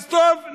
אז טוב,